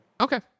Okay